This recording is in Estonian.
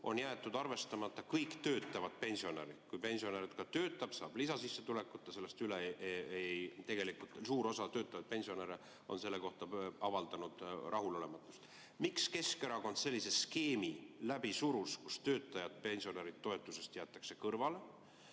on jäetud arvestamata kõik töötavad pensionärid. Kui pensionär töötab, saab lisasissetulekut, ta sellest üle ... Tegelikult suur osa töötavaid pensionäre on selle kohta avaldanud rahulolematust. Miks Keskerakond sellise skeemi, kus töötavad pensionärid toetusest kõrvale